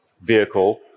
vehicle